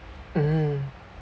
mm